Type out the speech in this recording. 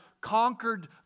conquered